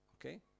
Okay